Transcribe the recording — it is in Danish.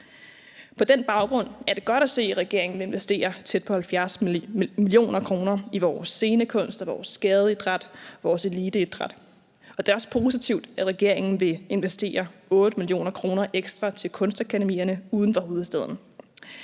På den baggrund er det godt at se, at regeringen vil investere tæt på 70 mio. kr. i vores scenekunst og vores gadeidræt og vores eliteidræt. Det er også positivt, at regeringen vil investere 8 mio. kr. ekstra i kunstakademierne uden for hovedstaden.